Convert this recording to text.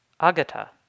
agata